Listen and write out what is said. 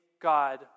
God